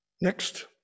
Next